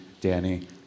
Danny